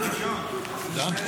ששש,